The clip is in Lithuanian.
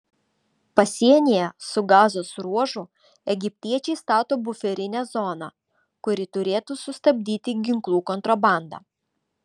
pasienyje su gazos ruožu egiptiečiai stato buferinę zoną kuri turėtų sustabdyti ginklų kontrabandą